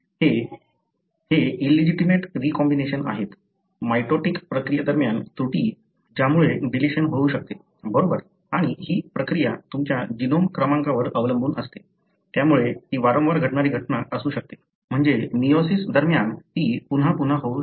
हे illegitimate recombination आहेत mitotic प्रक्रियेदरम्यान त्रुटी ज्यामुळे डिलिशन होऊ शकते बरोबर आणि ही प्रक्रिया तुमच्या जीनोम क्रमावर अवलंबून असते त्यामुळे ती वारंवार घडणारी घटना असू शकते म्हणजे मियोसिस दरम्यान ती पुन्हा पुन्हा होऊ शकते